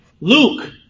Luke